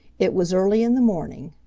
it was early in the morning,